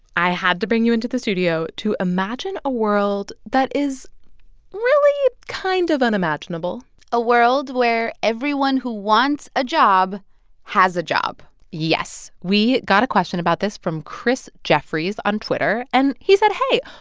i had to bring you into the studio to imagine a world that is really kind of unimaginable a world where everyone who wants a job has a job yes. we got a question about this from chris jeffries on twitter, and he said, hey,